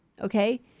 okay